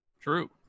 True